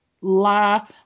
La